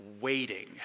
Waiting